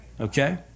okay